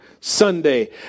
Sunday